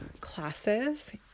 classes